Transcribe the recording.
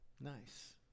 nice